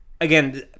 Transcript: again